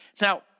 Now